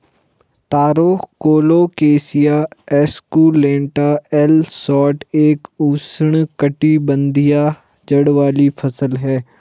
तारो colocasia esculenta L Schott एक उष्णकटिबंधीय जड़ वाली फसल है